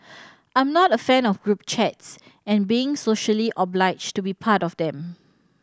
I'm not a fan of group chats and being socially obliged to be part of them